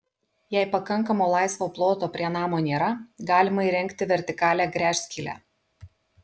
jei pakankamo laisvo ploto prie namo nėra galima įrengti vertikalią gręžskylę